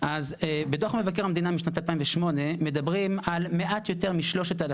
ד"ר שרקי, האם אתה ידעת, דיברת על חוק השבות.